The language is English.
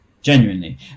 genuinely